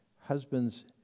husband's